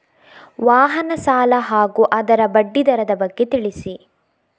ವಾಹನ ಸಾಲ ಹಾಗೂ ಅದರ ಬಡ್ಡಿ ದರದ ಬಗ್ಗೆ ತಿಳಿಸಿ?